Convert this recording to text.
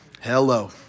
Hello